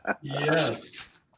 Yes